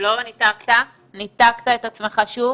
אל תגיד לנו משפטים שאין